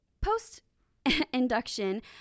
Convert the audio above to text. post-induction